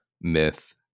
myth